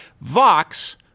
Vox